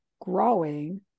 growing